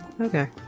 Okay